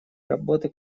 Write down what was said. работы